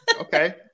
okay